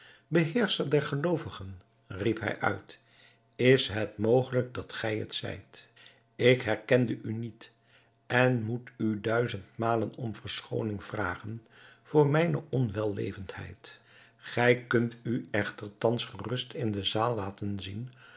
beheerscher der geloovigen riep hij uit is het mogelijk dat gij het zijt ik herkende u niet en moet u duizendmalen om verschooning vragen voor mijne onwellevendheid gij kunt u echter thans gerust in de zaal laten zien